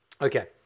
Okay